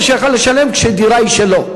שיכול היה לשלם כשהדירה היא שלו.